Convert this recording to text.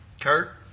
Kurt